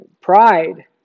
pride